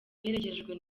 iherekejwe